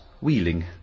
Wheeling